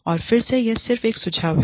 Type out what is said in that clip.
और फिर से यह सिर्फ एक सुझाव है